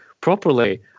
properly